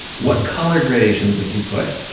what color gradations would you put?